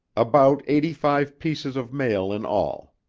about eighty-five pieces of mail in all